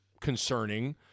concerning